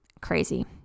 crazy